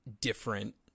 different